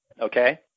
okay